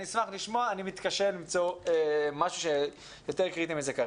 אני אשמח לשמוע אבל אני מתקשה למצוא משהו שהוא כרגע יותר קריטי מזה.